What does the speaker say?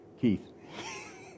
Keith